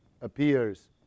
appears